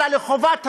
אלא לחובת המדינה.